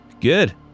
Good